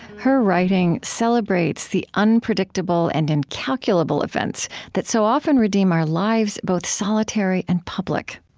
her writing celebrates the unpredictable and incalculable events that so often redeem our lives, both solitary and public.